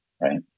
right